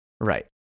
right